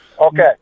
Okay